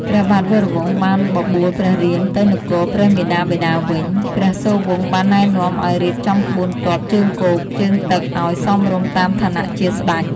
ព្រះបាទវរវង្សបានបបួលព្រះរៀមទៅនគរព្រះមាតាបិតាវិញ។ ព្រះសូរវង្សបានណែនាំឱ្យរៀបចំក្បួនទ័ពជើងគោកជើងទឹកឱ្យសមរម្យតាមឋានៈជាស្ដេច។